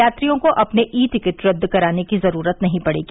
यात्रियों को अपने ई टिकट रद्द कराने की जरूरत नहीं पड़ेगी